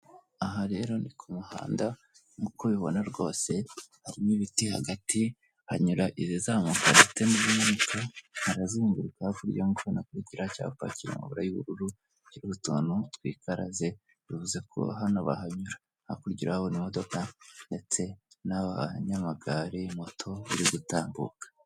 Aha rero ni ku muhanda nk'uko ubibona rwose, harimo ibiti hagati hanyura izizamuka ndetse n'izimanuka, harazenguruka nk'uko uri kubibona kuri kiriya cyapa kiri mu mabara y'ubururu kiriho utuntu kwikaraze bivuze ko hano bahanyura, hakurya urahabona imodoka ndetse n'abanyamagare, moto biri gutambuka.